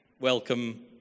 welcome